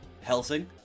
Helsing